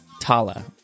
Tala